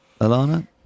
Alana